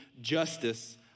justice